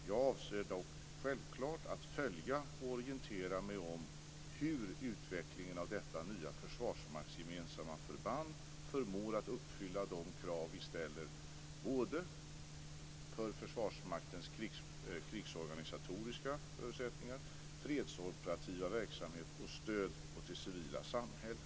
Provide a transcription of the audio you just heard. Jag avser självfallet att följa och orientera mig om hur utvecklingen av detta nya försvarsmaktsgemensamma förband förmår att uppfylla de krav vi ställer för Försvarsmaktens krigsorganisatoriska förutsättningar, fredsoperativa verksamheter och stöd åt det civila samhället.